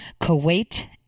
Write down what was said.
Kuwait